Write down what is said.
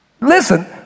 Listen